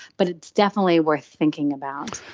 but it's definitely worth thinking about.